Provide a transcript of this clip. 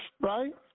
right